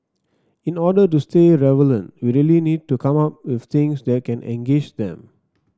in order to stay relevant we really need to come up with things that can engage them